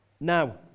Now